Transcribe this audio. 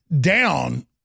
down